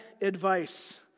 advice